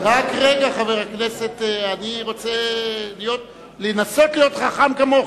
חבר הכנסת, אני רוצה לנסות להיות חכם כמוך.